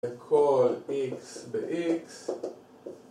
כל איקס באיקס